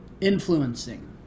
influencing